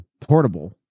portable